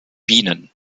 bienen